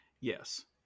Yes